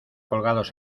colgados